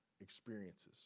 experiences